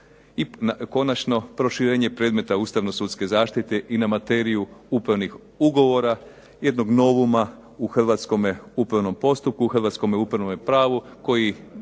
I konačno proširenje predmeta ustavnosudske zaštite i na materiju upravnih ugovora, jednog novuma u hrvatskome upravnom postupku, hrvatskome upravnome pravu, koji